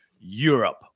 EUROPE